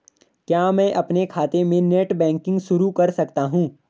क्या मैं अपने खाते में नेट बैंकिंग शुरू कर सकता हूँ?